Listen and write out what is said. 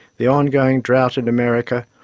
the ongoing drought in america,